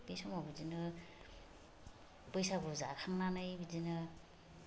बे समाव बिदिनो बैसागु जाखांनानै बिदिनो